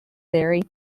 theory